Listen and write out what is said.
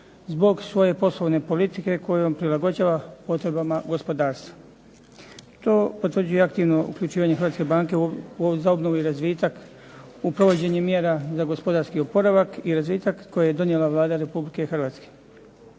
zbog svoje poslovne politike kojom se prilagođava potrebama gospodarstva. To potvrđuje aktivno uključivanje Hrvatske banke za obnovu i razvitak u provođenje mjera za gospodarski oporavak i razvitak koji je donijela Vlada Republike Hrvatske.